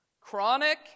chronic